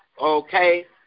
okay